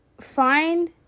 find